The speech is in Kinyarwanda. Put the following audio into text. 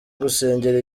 gusengera